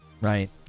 Right